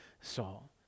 Saul